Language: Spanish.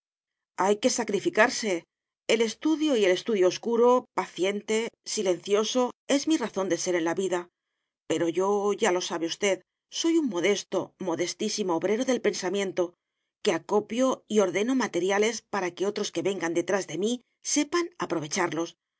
hay que sacrificarse el estudio y el estudio oscuro paciente silencioso es mi razón de ser en la vida pero yo ya lo sabe usted soy un modesto modestísimo obrero del pensamiento que acopio y ordeno materiales para que otros que vengan detrás de mí sepan aprovecharlos